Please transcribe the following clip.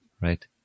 right